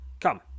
Come